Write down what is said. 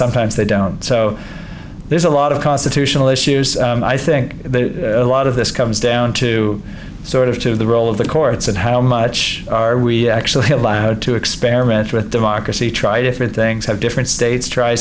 sometimes they don't so there's a lot of constitutional issue i think a lot of this comes down to sort of the role of the courts and how much are we actually to experiment with democracy try different things have different states